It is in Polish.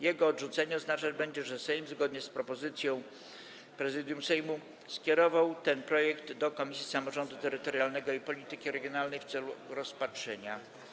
Jego odrzucenie oznaczać będzie, że Sejm, zgodnie z propozycją Prezydium Sejmu, skierował ten projekt do Komisji Samorządu Terytorialnego i Polityki regionalnej w celu rozpatrzenia.